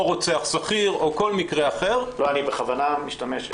או רוצח שכיר או כל מקרה אחר --- אני בכוונה משתמש.